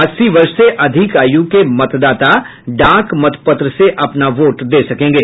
अस्सी वर्ष से अधिक आयु के मतदाता डाक मत पत्र से अपना वोट दे सकेंगे